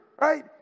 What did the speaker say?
right